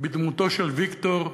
בדמותו של ויקטור.